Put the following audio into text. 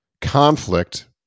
conflict